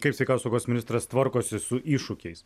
kaip sveikatos apsaugos ministras tvarkosi su iššūkiais